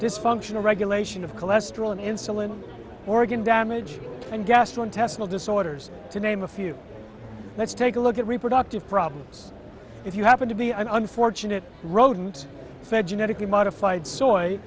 dysfunctional regulation of cholesterol and insulin organ damage and gastrointestinal disorders to name a few let's take a look at reproductive problems if you happen to be an unfortunate rodent fed genetically modified so